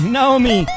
Naomi